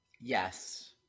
Yes